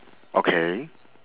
okay